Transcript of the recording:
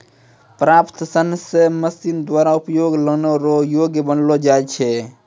प्राप्त सन से मशीन द्वारा उपयोग लानै रो योग्य बनालो जाय छै